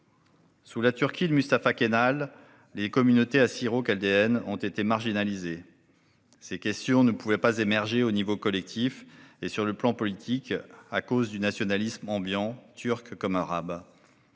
Sous la Turquie de Mustapha Kemal, les communautés assyro-chaldéennes ont été marginalisées. Ces questions ne pouvaient émerger au niveau collectif ou sur le plan politique en raison du nationalisme ambiant, turc comme arabe.